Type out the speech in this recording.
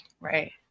Right